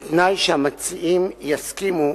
בתנאי שהמציעים יסכימו